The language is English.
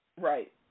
right